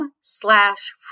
slash